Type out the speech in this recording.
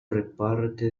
reparte